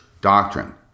doctrine